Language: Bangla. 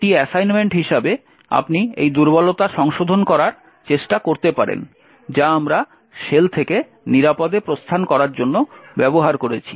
একটি অ্যাসাইনমেন্ট হিসাবে আপনি এই দুর্বলতা সংশোধন করার চেষ্টা করতে পারেন যা আমরা শেল থেকে নিরাপদে প্রস্থান করার জন্য ব্যবহার করেছি